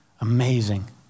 Amazing